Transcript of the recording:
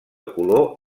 color